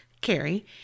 Carrie